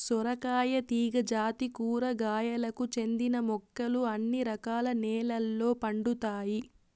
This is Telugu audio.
సొరకాయ తీగ జాతి కూరగాయలకు చెందిన మొక్కలు అన్ని రకాల నెలల్లో పండుతాయి